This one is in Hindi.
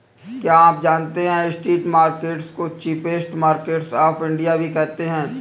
क्या आप जानते है स्ट्रीट मार्केट्स को चीपेस्ट मार्केट्स ऑफ इंडिया भी कहते है?